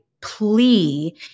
plea